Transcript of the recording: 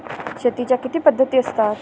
शेतीच्या किती पद्धती असतात?